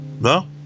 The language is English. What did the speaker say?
no